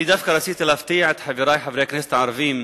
אני דווקא רציתי להפתיע את חברי חברי הכנסת הערבים,